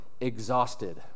exhausted